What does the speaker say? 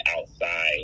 outside